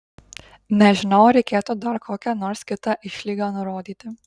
nežinau ar reikėtų dar kokią nors kitą išlygą nurodyti